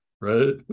right